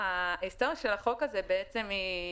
ההיסטוריה של החוק הזה היא --- צוות